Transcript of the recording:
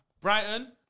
Brighton